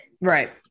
Right